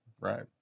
Right